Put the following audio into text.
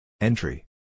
Entry